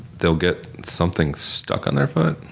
they'll get something stuck on their foot,